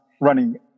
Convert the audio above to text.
running